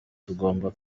tugomba